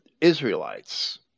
Israelites